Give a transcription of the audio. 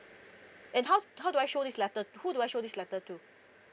and how how do I show this letter who do I show this letter to